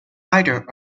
either